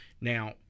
now